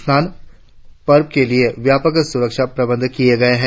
स्नान पर्व के लिए व्यापक सुरक्षा प्रबंध किए गए है